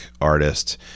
artist